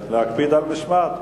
להקפיד על משמעת.